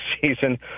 season